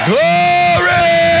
Glory